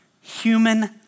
human